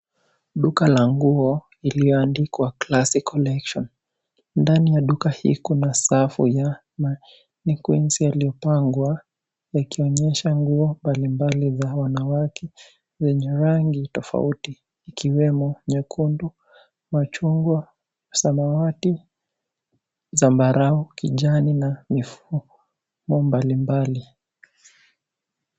Duka la nguo, iliyoandikwa Classic Collection. Ndani ya duka hii kuna safu ya mannequin yaliyopangwa likionyesha nguo mbalimbali za wanawake zenye rangi tofauti, ikiwemo, nyekundu, machungwa, samawati , zambarau, kijani na mifumo mbalimbali.